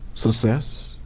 success